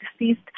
deceased